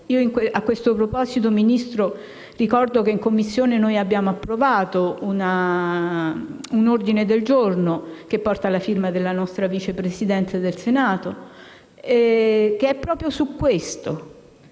A questo proposito, onorevole Ministro, ricordo che in Commissione abbiamo approvato un ordine del giorno, che porta la firma della nostra Vice Presidente del Senato, che va proprio in questa